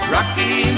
Rocky